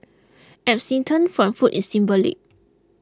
abstinence from food is symbolic